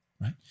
right